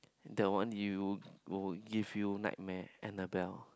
that one you will give you nightmare Anabelle